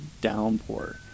downpour